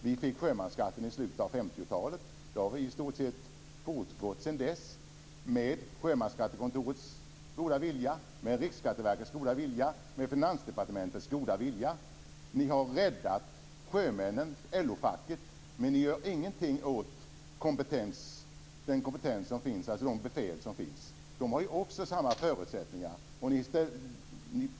Vi fick sjömansskatten i slutet av 50-talet. Det har i stort sett fortgått sedan dess med Sjömansskattekontorets goda vilja, med Riksskatteverkets goda vilja och med Finansdepartementets goda vilja. Ni har räddat LO-facket, men ni gör ingenting åt den kompetens som finns, alltså de befäl som finns. De har samma förutsättningar.